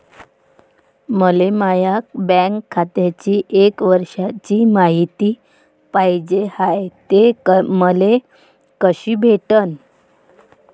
मले माया बँक खात्याची एक वर्षाची मायती पाहिजे हाय, ते मले कसी भेटनं?